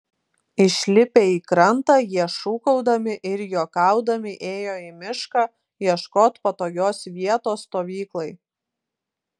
išlipę į krantą jie šūkaudami ir juokaudami ėjo į mišką ieškot patogios vietos stovyklai